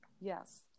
Yes